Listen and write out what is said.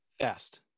Fast